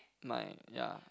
my ya